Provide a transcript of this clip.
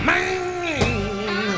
Man